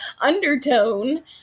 undertone